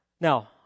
Now